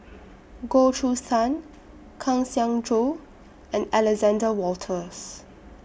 Goh Choo San Kang Siong Joo and Alexander Wolters